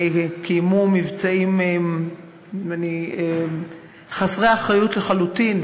והם קיימו מבצעים חסרי אחריות לחלוטין,